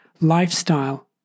lifestyle